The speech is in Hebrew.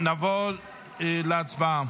לא שווה,